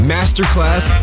Masterclass